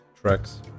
tracks